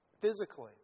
physically